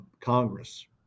Congress